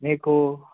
మీకు